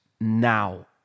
now